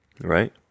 Right